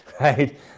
right